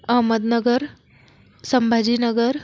Ahmednagar Sambhajinagar